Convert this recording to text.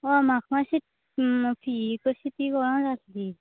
हो म्हाक मातशें फी कितलें तीं कोळक जाय आसली